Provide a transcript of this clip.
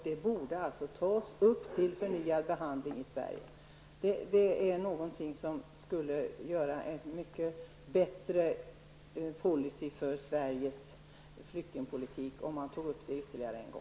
Det borde tas upp till förnyad behandling i Sverige. Om det fallet togs upp till prövning ytterligare en gång, skulle det vara värdefullt för Sveriges policy när det gäller flyktingpolitiken.